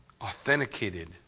authenticated